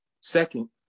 Second